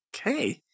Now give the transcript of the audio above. Okay